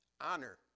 honor